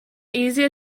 easier